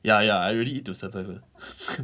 ya ya I really eat to survive [one]